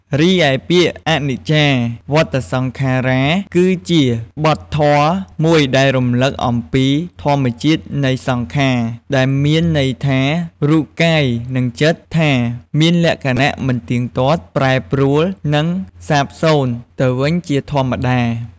រីឯពាក្យ អនិច្ចាវតសង្ខារ៉ា គឺជាបទធម៌មួយដែលរំលឹកអំពីធម្មជាតិនៃសង្ខារ ដែលមានន័យថា រូបកាយនិងចិត្ត ថាមានលក្ខណៈមិនទៀងទាត់ ប្រែប្រួល និងសាបសូន្យទៅវិញជាធម្មតា។